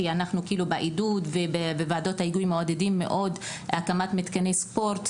כי אנחנו בעידוד ובוועדות ההיגוי מעודדים מאוד הקמת מתקני ספורט.